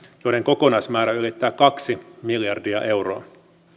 joiden kokonaismäärä ylittää kaksi miljardia euroa